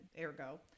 ergo